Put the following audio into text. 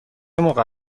موقع